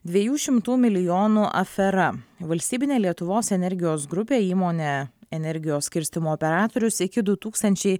dviejų šimtų milijonų afera valstybinė lietuvos energijos grupė įmonė energijos skirstymo operatorius iki du tūkstančiai